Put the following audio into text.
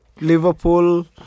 Liverpool